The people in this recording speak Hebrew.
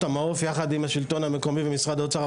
המעוף יחד עם השלטון המקומי ומשרד האוצר,